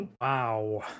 Wow